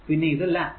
പിന്നെ ഇത് ലാംപ്